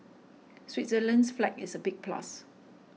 Switzerland's flag is a big plus